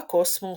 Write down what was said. בקוסמוס,